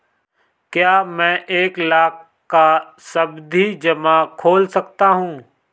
क्या मैं एक लाख का सावधि जमा खोल सकता हूँ?